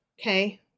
Okay